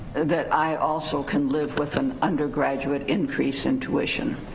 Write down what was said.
that i also can live with an undergraduate increase in tuition.